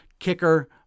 Kicker